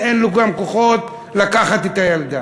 אין לו כוחות לקחת את הילדה.